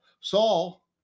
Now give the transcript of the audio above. Saul